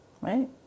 right